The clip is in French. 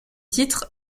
titres